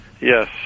Yes